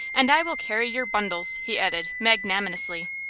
and i will carry your bundles, he added, magnanimously.